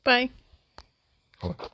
Bye